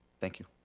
thank you.